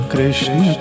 Krishna